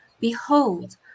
Behold